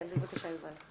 כן, בבקשה, יובל.